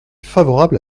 favorable